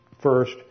first